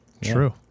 True